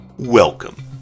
Welcome